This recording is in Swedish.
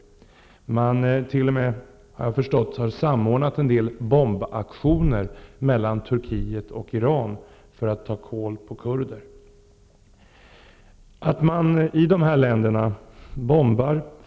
Man har t.o.m., såvitt jag förstår, samordnat en del bombaktioner mellan Turkiet och Iran i syfte att ''ta kål'' på kurder. I dessa länder bombar man den kurdiska befolkningen.